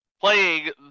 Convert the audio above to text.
Playing